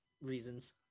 reasons